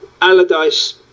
Allardyce